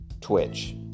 Twitch